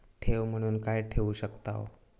ठेव म्हणून काय ठेवू शकताव?